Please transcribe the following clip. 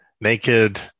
naked